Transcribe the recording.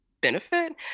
benefit